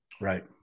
Right